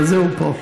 בגלל זה הוא פה.